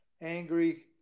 angry